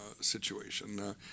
situation